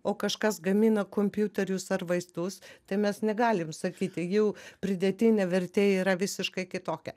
o kažkas gamina kompiuterius ar vaistus tai mes negalim sakyti jų pridėtinė vertė yra visiškai kitokia